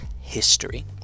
history